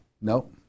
No